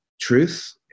truth